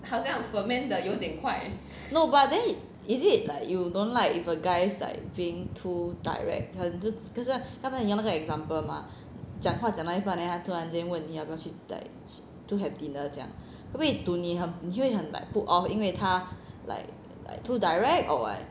no but then is it like you don't like if a guy is like being too direct 可能是可是刚才你用那个 example mah 讲话讲到一半 then 他突然间问你要不要去 like 去 have dinner 这样因为 to 你你就会很 like put off 因为他 like like too direct or what